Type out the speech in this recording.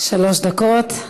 שלוש דקות.